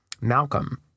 malcolm